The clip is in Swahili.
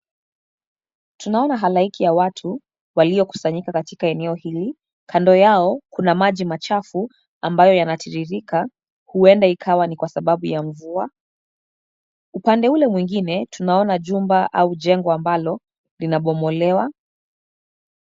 Tunaona halaiki ya watu waliokusanyika katika eneo hili. Kando yao kuna maji machafu ambayo yanatiririka huenda ikawa ni kwasababu ya mvua. Upande ule mwingine tunaona jumba au jengo ambalo linabomolewa.